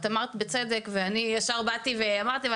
את אמרת בצדק ואני ישר באתי ואמרתי.